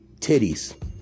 titties